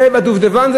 זה טיפול בדובדבן,